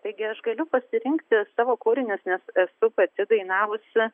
taigi aš galiu pasirinkti savo kūrinius nes esu pati dainavusi